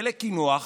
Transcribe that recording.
ולקינוח,